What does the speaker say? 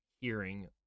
hearing